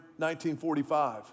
1945